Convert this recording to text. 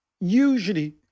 usually